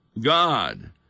God